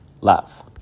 love